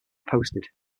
posted